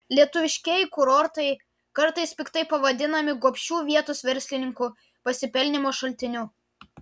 lietuviškieji kurortai kartais piktai pavadinami gobšių vietos verslininkų pasipelnymo šaltiniu